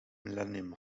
millennium